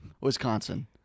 Wisconsin